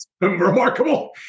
Remarkable